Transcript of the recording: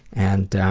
and